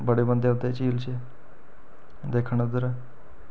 बड़े बंदे औंदे झील च दिक्खन उद्धर